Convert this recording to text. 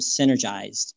synergized